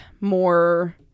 more